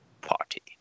party